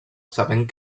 sabent